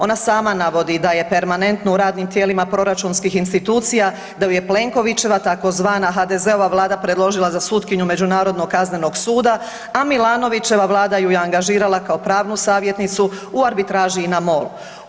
Ona sama navodi da je permanentno u radnim tijelima proračunskih institucija da ju je Plenkovićeva tzv. HDZ-ova vlada predložila za sutkinju Međunarodnog kaznenog suda, a Milanovićeva vlada ju je angažirala kao pravnu savjetnicu u arbitraži INA MOL.